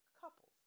couples